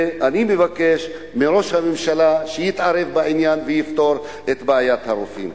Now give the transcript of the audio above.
ואני מבקש מראש הממשלה שיתערב בעניין ויפתור את בעיית הרופאים.